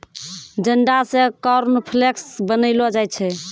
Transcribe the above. जंडा से कॉर्नफ्लेक्स बनैलो जाय छै